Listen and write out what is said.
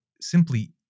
simply